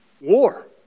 war